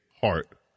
heart